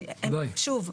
שוב,